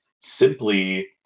simply